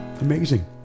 Amazing